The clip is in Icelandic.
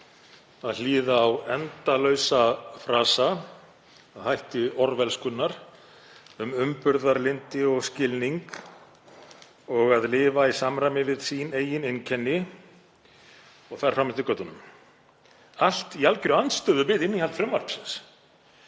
að hlýða á endalausa frasa að hætti orwellskunnar um umburðarlyndi og skilning og að lifa í samræmi við sín eigin einkenni og þar fram eftir götunum, allt í algjörri andstöðu við innihald frumvarpsins